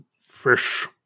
Fish